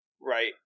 right